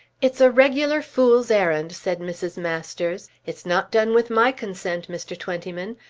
it's a regular fool's errand, said mrs. masters. it's not done with my consent, mr. twentyman.